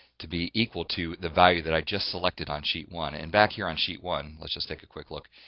to be equal to the value that i just selected on sheet one and back here on sheet one. let's just take a quick look.